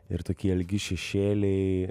ir tokie ilgi šešėliai